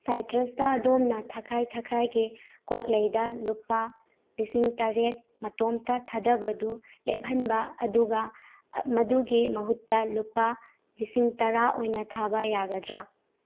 ꯁꯥꯏꯇ꯭ꯔꯁꯇ ꯑꯗꯣꯝꯅ ꯊꯥꯈꯥꯏ ꯊꯥꯈꯥꯏꯒꯤ ꯀ꯭ꯋꯥꯛꯂꯩꯗ ꯂꯨꯄꯥ ꯂꯤꯁꯤꯡ ꯇꯔꯦꯠ ꯃꯇꯣꯝꯇ ꯊꯥꯗꯕꯗꯨ ꯂꯦꯞꯍꯟꯕ ꯑꯗꯨꯒ ꯃꯗꯨꯒꯤ ꯃꯍꯨꯠꯇ ꯂꯨꯄꯥ ꯂꯤꯁꯤꯡ ꯇꯔꯥ ꯑꯣꯏꯅ ꯊꯥꯕ ꯌꯥꯒꯗ꯭ꯔꯥ